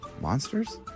Monsters